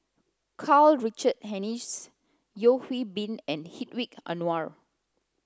Karl Richard Hanitsch Yeo Hwee Bin and Hedwig Anuar